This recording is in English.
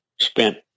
spent